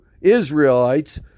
Israelites